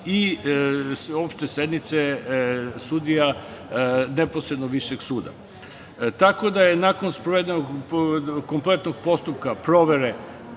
i sveopšte sednice sudija neposredno Višeg suda. Tako da je nakon sprovedenog kompletnog postupka provere